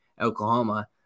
oklahoma